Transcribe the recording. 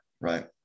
right